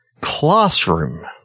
Classroom